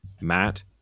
Matt